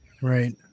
Right